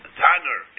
tanner